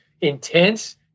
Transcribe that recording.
intense